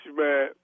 man